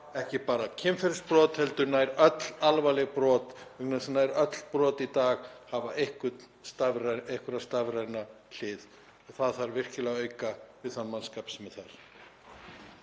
ekki bara kynferðisbrota heldur nær allra alvarlegra brota vegna þess að nær öll brot í dag hafa einhverja stafræna hlið og það þarf virkilega að auka við þann mannskap sem er þar.